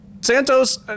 Santos